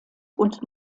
und